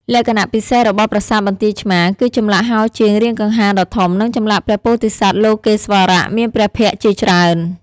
លក្ខណៈពិសេសរបស់ប្រាសាទបន្ទាយឆ្មារគឺចម្លាក់ហោជាងរាងកង្ហារដ៏ធំ និងចម្លាក់ព្រះពោធិសត្វលោកេស្វរៈមានព្រះភក្ត្រជាច្រើន។